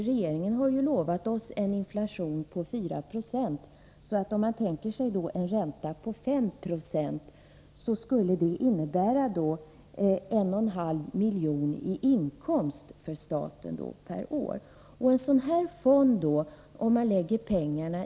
Regeringen har lovat oss en inflation på 4 76, och om man tänker sig en ränta på 5 90 skulle det innebära en inkomst för staten om 1,5 milj.kr. per år.